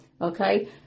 Okay